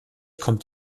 kommt